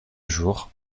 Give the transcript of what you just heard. jour